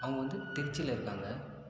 அவங்க வந்து திருச்சியில் இருக்காங்க